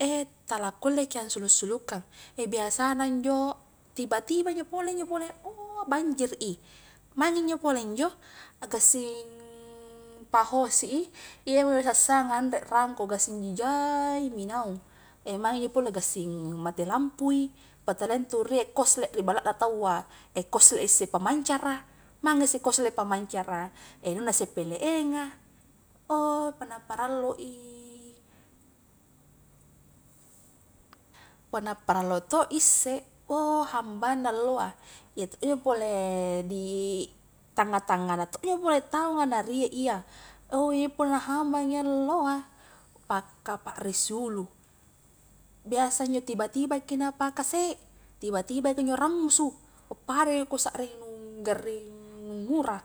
tala kulleki ansulu-sulukang, biasana njo tiba-tibaja pole njo pole oh banjir i maing injo pole njo agassing pahosi i iyamo njo sassanga anre rangko gassing jujaimi naung, maing injo pole gassing mati lampui, pa talia ntu rie koslet ri balla na taua, koslet isse pamancara, maing isse koslet pamancara, anunna isse pln a, oh punna parallu i, punna parallo to isse oh hambangna alloa iyato njpo pole di tanga-tangana to pole taunga na rie iya, oh iya punna habangi alloa, pakkaparrisi ulu, biasa injo tiba-tibaki napakase, biasa tiba-tibaki njo rammusu padai kusarring nu garring nu ngura.